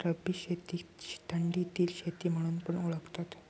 रब्बी शेतीक थंडीतली शेती म्हणून पण ओळखतत